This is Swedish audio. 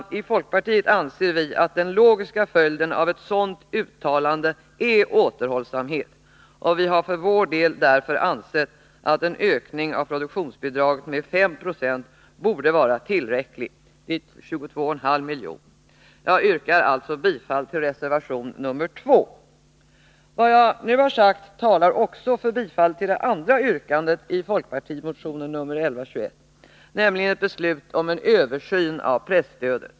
I folkpartiet anser vi att den logiska följden av ett sådant uttalande är återhållsamhet, och vi har för vår del därför ansett att en ökning av produktionsbidraget med 5 96, dvs. med 22,5 milj.kr., bör vara tillräcklig. Jag yrkar alltså bifall till reservation nr 2. Vad jag nu har sagt talar för bifall också till det andra yrkandet i folkpartimotionen 1121, nämligen att beslut skall fattas om en översyn av presstödet.